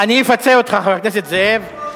אני אפצה אותך, חבר הכנסת זאב.